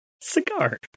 cigar